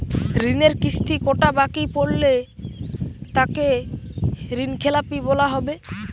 ঋণের কিস্তি কটা বাকি পড়লে তাকে ঋণখেলাপি বলা হবে?